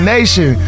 Nation